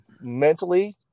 mentally